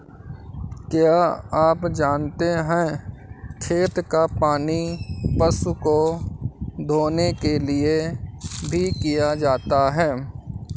क्या आप जानते है खेत का पानी पशु को धोने के लिए भी किया जाता है?